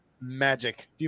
magic